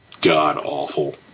god-awful